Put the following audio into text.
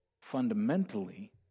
fundamentally